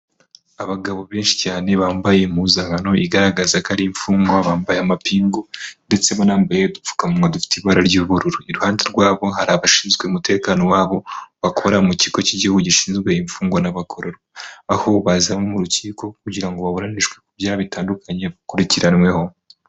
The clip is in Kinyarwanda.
Abagabo benshi cyane bambaye impuzankano igaragaza ko ari imfungwa, bambaye amapingu ndetse banambaye udupfukamuwa dufite ibara ry'ubururu. Iruhande rwabo hari abashinzwe umutekano w'abo, bakora mu kigo cy'igihugu gishinzwe imfungwa n'abagororwa. Aho baza mu rukiko kugira ngo baburanishwe ku byaha bitandukanye bakurikiranyweho.